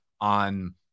on